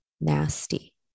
nasty